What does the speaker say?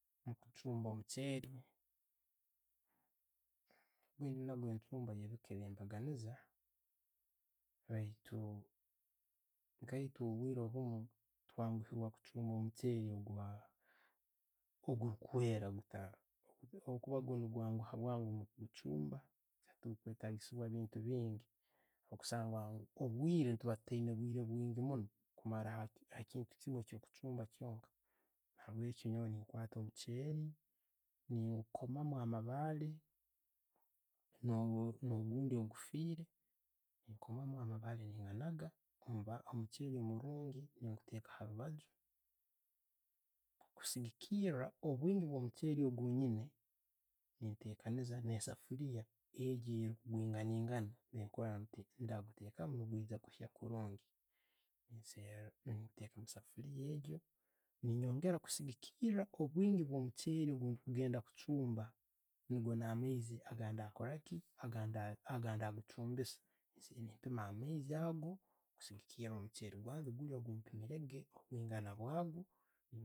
Okuchumba omucheeri, guyina ebiika ye'chumba eya mbaganiiza baitu nkaitwe obwiire obuumu twanguhiira kuchumba omucheere ogu kweera, gwo no'gwanguha bwangu mukuguchumba, tekukwetagisiibwa ebintu bingi. Kusanga, obwiire, tuuba tutayiina obwiire bwingi kumara ha'kintu kimu ekyo kuchumba kyonka. Nabweki, nyoowe nkwata omucheeri, nkomamu amabaare, no gundi oguffire, nkomamu amabaare ne'nganaga, omucheeri omurungi nenguteeka harubaajju kusigikiira obwingi obwo mucheeri gweniina. Netekanniza ne'sefuliiya, egyo nemwenganagana, ndaguttekamu, nigwijja kuhiiya kurungi, nteeka omuseefulya eyo nenyongira kusiigikiira obwingi bwo' mucheere bwekugenda kuchumba nigo a'maizi gekugenda okuchumbisa. Ottekamu amaizi okusigikira guli omucheeri gwempiimirege ha'kwigana kwago.